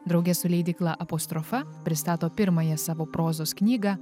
drauge su leidykla apostrofa pristato pirmąją savo prozos knygą